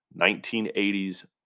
1980s